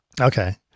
Okay